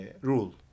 rule